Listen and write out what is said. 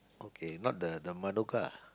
okay not the the Manuka ah